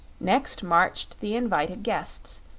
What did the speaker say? next marched the invited guests,